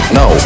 no